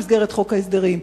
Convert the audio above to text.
במסגרת חוק ההסדרים.